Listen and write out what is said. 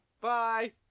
Bye